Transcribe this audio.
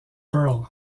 perl